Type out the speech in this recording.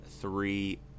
three